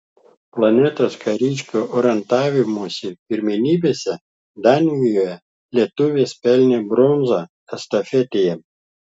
planetos kariškių orientavimosi pirmenybėse danijoje lietuvės pelnė bronzą estafetėje